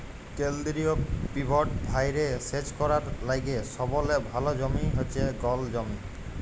কেলদিরিয় পিভট ভাঁয়রে সেচ ক্যরার লাইগে সবলে ভাল জমি হছে গল জমি